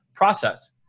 process